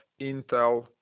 intel